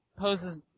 poses